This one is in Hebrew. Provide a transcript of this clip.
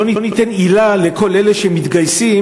לא ניתן עילה לכל אלה שמתגייסים,